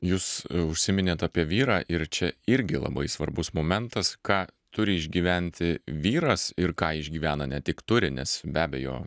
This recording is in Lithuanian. jūs užsiminėt apie vyrą ir čia irgi labai svarbus momentas ką turi išgyventi vyras ir ką išgyvena ne tik turi nes be abejo